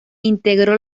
integró